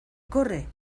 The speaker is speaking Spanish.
corre